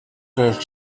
der